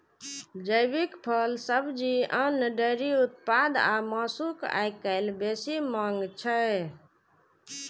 जैविक फल, सब्जी, अन्न, डेयरी उत्पाद आ मासुक आइकाल्हि बेसी मांग छै